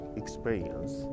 experience